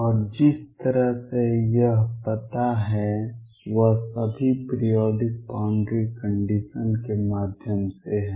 और जिस तरह से यह पता है वह सभी पीरिऑडिक बाउंड्री कंडीशन के माध्यम से है